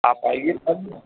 आप आइए तब ना